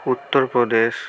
Uttar Pradesh